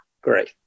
Great